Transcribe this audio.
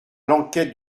l’enquête